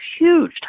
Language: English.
huge